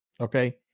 okay